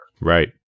Right